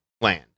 Land